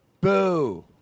Boo